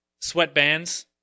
sweatbands